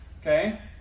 Okay